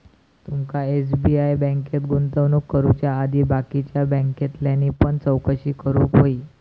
तुमका एस.बी.आय बँकेत गुंतवणूक करुच्या आधी बाकीच्या बॅन्कांतल्यानी पण चौकशी करूक व्हयी